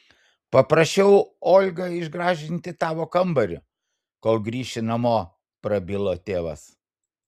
paprašiau olgą išgražinti tavo kambarį kol grįši namo prabilo tėvas